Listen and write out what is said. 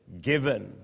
given